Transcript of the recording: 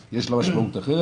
ישראל.